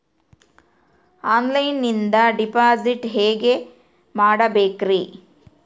ಆನ್ಲೈನಿಂದ ಡಿಪಾಸಿಟ್ ಹೇಗೆ ಮಾಡಬೇಕ್ರಿ?